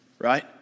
Right